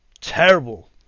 Terrible